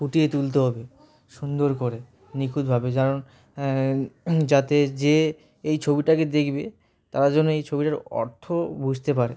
ফুটিয়ে তুলতে হবে সুন্দর করে নিখুঁতভাবে কারণ যাতে যে এই ছবিটাকে দেখবে তারা যেন এই ছবিটার অর্থ বুঝতে পারে